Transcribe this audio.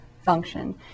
function